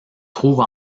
trouve